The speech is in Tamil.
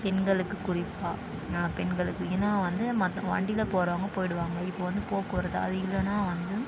பெண்களுக்கு குறிப்பாக பெண்களுக்கு ஏன்னா வந்து மற்ற வண்டியில் போகிறவங்க போய்டுவாங்க இப்போ வந்து போக்குவரத்து அது இல்லைன்னா வந்து